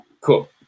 cool